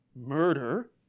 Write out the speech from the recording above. murder